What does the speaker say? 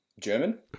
German